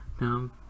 Now